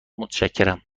متشکرم